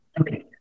okay